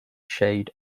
shade